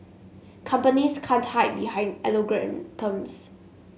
companies can't hide behind algorithms